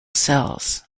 cells